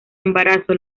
embarazo